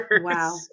wow